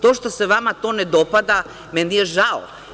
To što se vama to ne dopada, meni je žao.